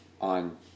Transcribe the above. on